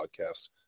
podcast